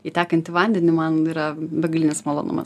į tekantį vandenį man yra begalinis malonumas